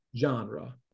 genre